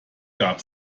gab